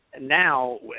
now